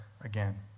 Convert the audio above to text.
again